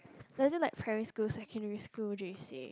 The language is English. doesn't like primary school secondary school J_C